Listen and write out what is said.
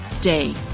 day